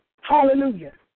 Hallelujah